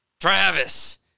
Travis